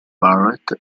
barrett